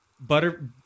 Butter